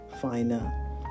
finer